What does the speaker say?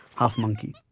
half monkey.